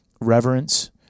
reverence